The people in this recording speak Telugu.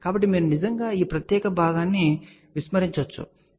కాబట్టి మీరు నిజంగా ఈ ప్రత్యేక భాగాన్ని విస్మరించవచ్చు సరే